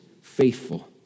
faithful